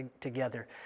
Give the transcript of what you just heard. together